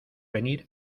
venir